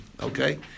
Okay